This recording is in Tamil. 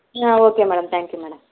ah okay madam thank you madam